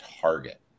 target